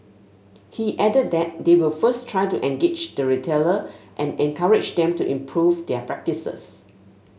he added that they will first try to engage the retailer and encourage them to improve their practices